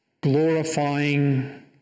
glorifying